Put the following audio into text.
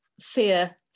fear